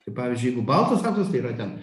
kaip pavyzdžiui jeigu baltas auksas tai yra ten